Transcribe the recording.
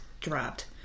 dropped